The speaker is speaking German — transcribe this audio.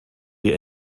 wir